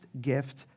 gift